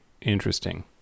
Interesting